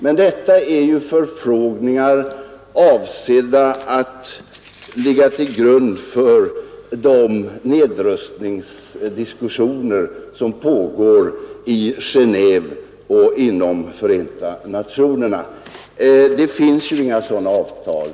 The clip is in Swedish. Men detta är förfrågningar avsedda att ligga till grund för de nedrustningsdiskussioner som pågår i Genéve och inom Förenta nationerna. Än så länge finns dock inga sådana avtal.